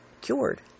cured